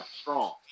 strong